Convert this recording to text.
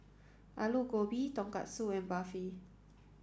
Alu Gobi Tonkatsu and Barfi